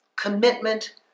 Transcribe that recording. commitment